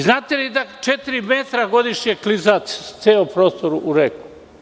Znate li da četiri metra godišnje kliza ceo prostor u reku?